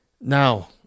now